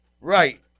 Right